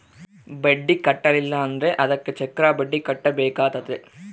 ಬಡ್ಡಿ ಕಟ್ಟಿಲ ಅಂದ್ರೆ ಅದಕ್ಕೆ ಚಕ್ರಬಡ್ಡಿ ಕಟ್ಟಬೇಕಾತತೆ